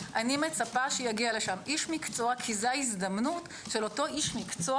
אני מצפה שיגיע לשם איש מקצוע כי זו ההזדמנות של אותו איש מקצוע